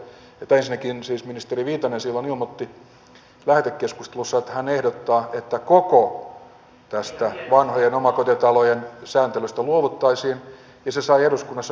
olin hyvin iloinen että tämän jälkeen ensinnäkin siis ministeri viitanen silloin ilmoitti lähetekeskustelussa että hän ehdottaa että koko tästä vanhojen omakotitalojen sääntelystä luovuttaisiin ja se sai eduskunnassa hyvän vastaanoton